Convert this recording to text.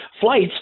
flights